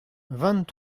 vingt